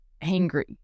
angry